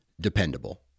dependable